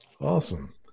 Awesome